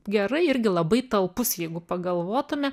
gerai irgi labai talpus jeigu pagalvotume